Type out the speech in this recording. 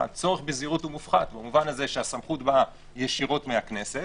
הצורך בזהירות הוא מופחת במובן הזה שהסמכות באה ישירות מהכנסת,